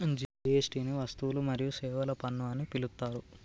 GST ని వస్తువులు మరియు సేవల పన్ను అని పిలుత్తారు